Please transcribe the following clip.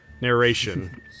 Narration